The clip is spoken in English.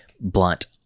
blunt